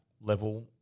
level